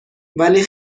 ولی